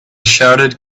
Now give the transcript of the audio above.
shouted